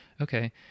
Okay